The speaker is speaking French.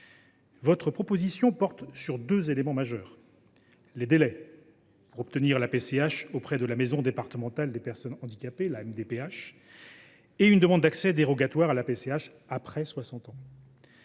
Votre proposition de loi porte sur deux éléments majeurs : les délais pour obtenir la PCH auprès de la maison départementale des personnes handicapées, d’une part, et un accès dérogatoire à la PCH, après 60 ans,